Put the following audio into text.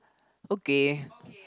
okay